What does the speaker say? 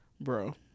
Bro